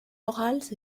morales